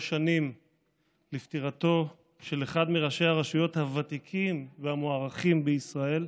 שנים לפטירתו של אחד מראשי הרשויות הוותיקים והמוערכים בישראל,